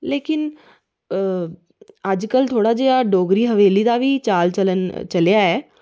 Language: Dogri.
लेकिन अजकल थोह्ड़ा जेहा डोगरी हवेली दा बी चाल चलन चलेआ ऐ